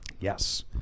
Yes